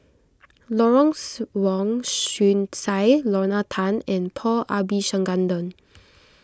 Lawrence Wong Shyun Tsai Lorna Tan and Paul Abisheganaden